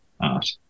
art